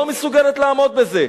לא מסוגלת לעמוד בזה.